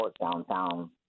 downtown